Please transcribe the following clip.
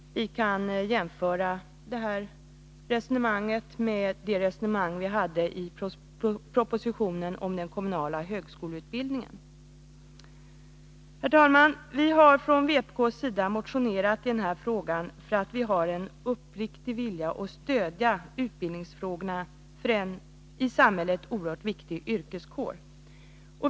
Vi kan jämföra det här resonemanget med det resonemang som fördes när det gällde propositionen om den kommunala högskoleutbildningen. Herr talman! Vi har från vpk:s sida motionerat i den här frågan, därför att vi har en uppriktig vilja att stödja utbildningsfrågorna för en i samhället oerhört viktig yrkeskår.